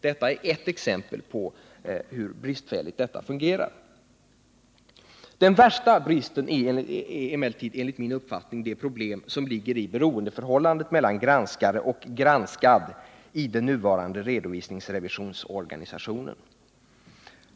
Detta är ett exempel på hur bristfälligt det hela fungerar. Den värsta bristen är emellertid enligt min uppfattning det problem som ligger i beroendeförhållandet mellan granskare och granskad i den nuvarande redovisningsrevisionsorganisationen.